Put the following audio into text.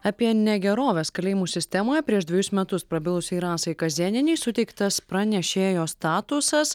apie negeroves kalėjimų sistemoje prieš dvejus metus prabilusiai rasai kazėnienei suteiktas pranešėjo statusas